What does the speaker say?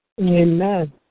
Amen